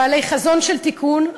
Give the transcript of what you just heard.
בעלי חזון של תיקון,